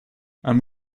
i’m